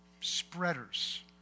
spreaders